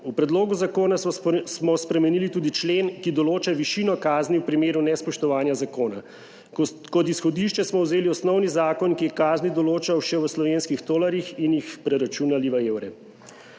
V predlogu zakona smo spremenili tudi člen, ki določa višino kazni v primeru nespoštovanja zakona. Kot izhodišče smo vzeli osnovni zakon, ki je kazni določal še v slovenskih tolarjih, in jih preračunali v evre.